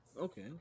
Okay